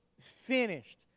finished